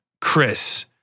Chris